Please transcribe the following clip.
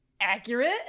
accurate